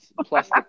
plus